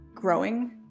growing